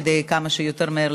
כדי לסיים אותו כמה שיותר מהר,